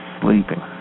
sleeping